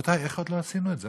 רבותי, איך עוד לא עשינו את זה?